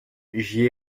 j’y